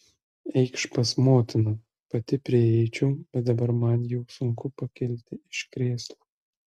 eikš pas motiną pati prieičiau bet dabar man jau sunku pakilti iš krėslo